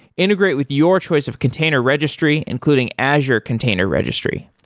integrate with your choice of container registry, including azure container registry.